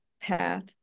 path